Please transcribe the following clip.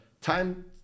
time